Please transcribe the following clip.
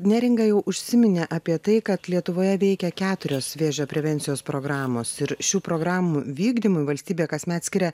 neringa jau užsiminė apie tai kad lietuvoje veikia keturios vėžio prevencijos programos ir šių programų vykdymui valstybė kasmet skiria